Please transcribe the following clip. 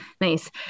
Nice